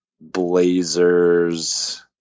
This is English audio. Blazers